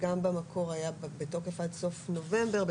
שבמקור היה עד סוף נובמבר,